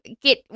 get –